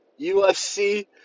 UFC